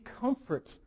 comfort